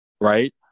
Right